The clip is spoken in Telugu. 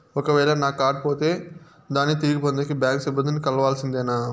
ఒక వేల నా కార్డు పోతే దాన్ని తిరిగి పొందేకి, బ్యాంకు సిబ్బంది ని కలవాల్సిందేనా?